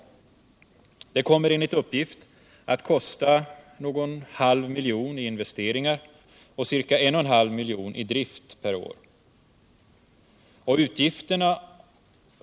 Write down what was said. Det kommer enligt uppgift att kosta någon halv miljon i investeringar och ca 1,5 miljon i drift per år.